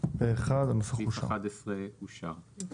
אושר סעיף 11 אושר.